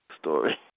story